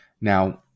now